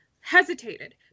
hesitated